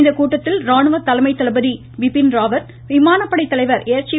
இக்கூட்டத்தில் ராணுவ தலைமை தளபதி பிபின் ராவத் விமானப்படை தலைவர் ஏர் சீ